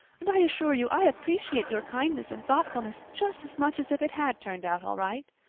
and i assure you i appreciate your kindness and thoughtfulness just as much as if it had turned out all right.